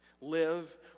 Live